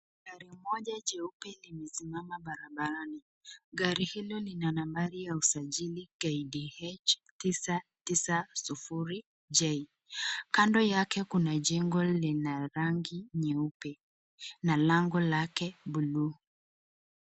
Gari moja jeupe limesimama barabarani. Gari hilo lina nambari ya ushajili KDH 990J.Kando yale kuna jengo lina rangi nyeupe na lango lake blue .